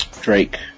Drake